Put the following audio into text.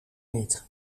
niet